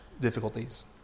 difficulties